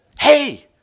hey